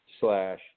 slash